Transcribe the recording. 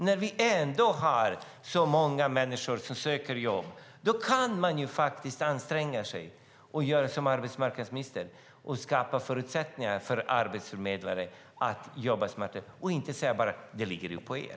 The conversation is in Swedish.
När vi har så många människor som söker jobb kan man faktiskt anstränga sig som arbetsmarknadsminister och skapa förutsättningar för arbetsförmedlare att jobba smartare och inte bara säga: Det ligger på er.